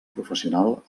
professional